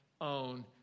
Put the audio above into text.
own